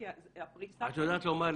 יותר.